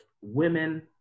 women